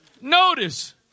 Notice